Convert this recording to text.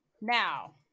Now